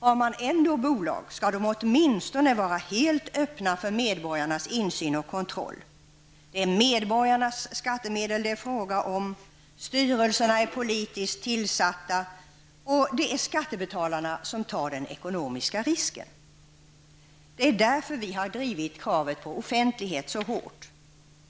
Har man ändå bolag, skall de åtminstone vara helt öppna för medborgarnas insyn och kontroll. Det är medborgarnas skattemedel det är fråga om. Styrelserna är tillsatta politiskt och det är skattebetalarna som tar den ekonomiska risken. Det är därför vi drivit kravet på offentlighet så hårt.